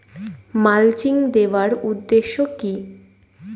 Mulching দেওয়ার উদ্দেশ্য কি?